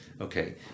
Okay